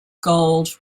gold